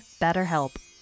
BetterHelp